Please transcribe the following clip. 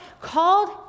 called